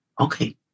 Okay